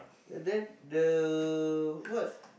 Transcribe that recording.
and then the what